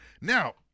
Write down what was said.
now